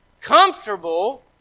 comfortable